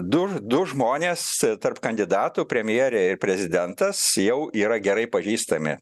du du žmonės tarp kandidatų premjerė ir prezidentas jau yra gerai pažįstami